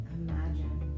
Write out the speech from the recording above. imagine